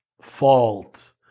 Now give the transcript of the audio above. fault